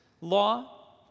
law